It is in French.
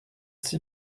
six